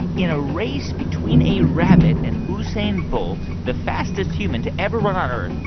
in a race between a rabbit and usain bolt, the fastest human to ever run on earth,